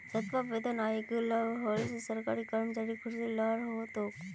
सातवां वेतन आयोग लागू होल से सरकारी कर्मचारिर ख़ुशीर लहर हो तोक